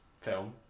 film